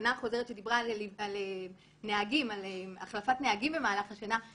חוזרת על זה גם מטעם השלטון המקומי,